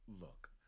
Look